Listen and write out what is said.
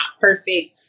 perfect